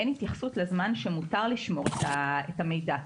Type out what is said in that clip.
אין התייחסות לזמן שמותר לשמור את המידע.